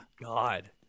God